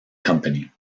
company